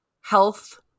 health